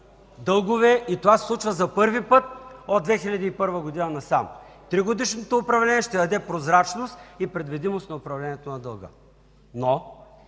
дългове. И това се случва за първи път от 2001 г. насам! Тригодишното управление ще даде прозрачност и предвидимост на управлението на дълга. Но